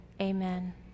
Amen